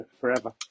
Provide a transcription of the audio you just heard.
forever